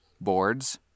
boards